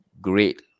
great